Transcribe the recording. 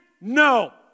No